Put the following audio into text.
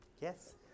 Yes